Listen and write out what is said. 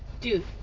dude